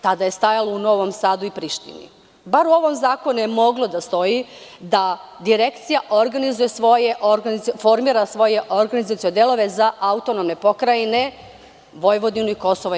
Tada je stajalo u Novom Sadu i Prištini, bar u ovom zakonu je moglo da stoji da direkcija formira svoje organizacione delove za autonomne pokrajine Vojvodinu i KiM.